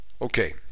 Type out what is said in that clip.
Okay